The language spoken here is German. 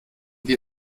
wir